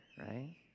right